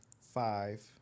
Five